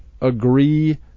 agree